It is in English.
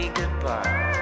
goodbye